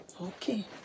Okay